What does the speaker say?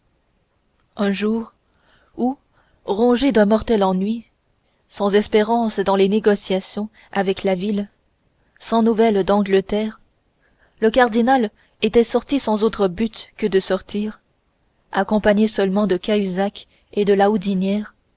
un jour où rongé d'un mortel ennui sans espérance dans les négociations avec la ville sans nouvelles d'angleterre le cardinal était sorti sans autre but que de sortir accompagné seulement de cahusac et de la